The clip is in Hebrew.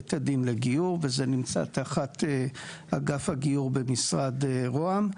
בבית הדין לגיור וזה נמצא תחת אגף הגיור במשרד ראש הממשלה.